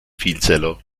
vielzeller